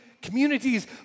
communities